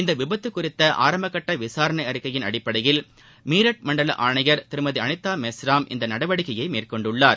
இந்த விபத்து குறித்த ஆரம்ப கட்ட விசாரணை அறிக்கையின் அடிப்படையில் மீரட் மண்டல ஆணையர் திருமதி அளிதா மெஸ்ராம் இந்த நடவடிக்கையை மேற்கொண்டுள்ளார்